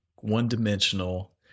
one-dimensional